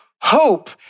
hope